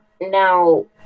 Now